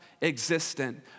Existent